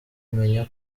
menya